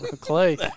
Clay